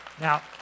now